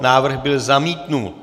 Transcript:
Návrh byl zamítnut.